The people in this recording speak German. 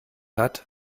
hat